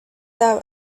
out